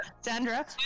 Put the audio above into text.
Sandra